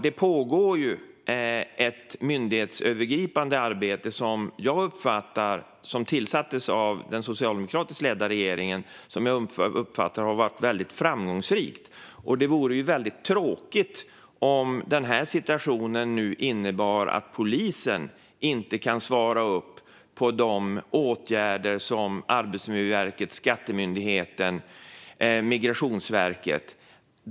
Det pågår ju ett myndighetsövergripande arbete som tillsattes av den socialdemokratiskt ledda regeringen, och jag uppfattar att det har varit väldigt framgångsrikt. Det vore väldigt tråkigt om den uppkomna situationen innebär att polisen inte kan svara upp mot det som efterfrågas av Arbetsmiljöverket, Skattemyndigheten och Migrationsverket.